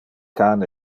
can